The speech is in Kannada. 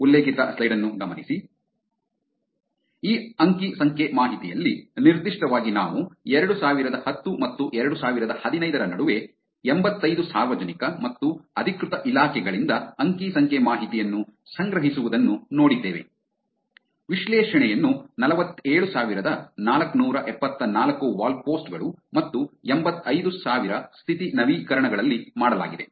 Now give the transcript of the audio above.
ಈ ಅಂಕಿ ಸಂಖ್ಯೆ ಮಾಹಿತಿಯಲ್ಲಿ ನಿರ್ದಿಷ್ಟವಾಗಿ ನಾವು 2010 ಮತ್ತು 2015 ರ ನಡುವೆ 85 ಸಾರ್ವಜನಿಕ ಮತ್ತು ಅಧಿಕೃತ ಇಲಾಖೆಗಳಿಂದ ಅಂಕಿ ಸಂಖ್ಯೆ ಮಾಹಿತಿಯನ್ನು ಸಂಗ್ರಹಿಸುವುದನ್ನು ನೋಡಿದ್ದೇವೆ ವಿಶ್ಲೇಷಣೆಯನ್ನು 47474 ವಾಲ್ ಪೋಸ್ಟ್ ಗಳು ಮತ್ತು 85000 ಸ್ಥಿತಿ ನವೀಕರಣಗಳಲ್ಲಿ ಮಾಡಲಾಗಿದೆ